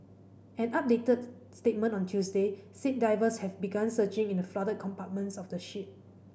an updated statement on Tuesday said divers have begun searching in the flooded compartments of the ship